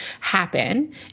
happen